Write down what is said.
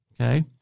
okay